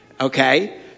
Okay